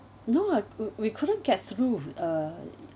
no ah we we couldn't get through uh